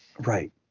Right